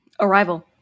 Arrival